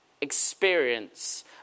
experience